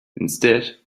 instead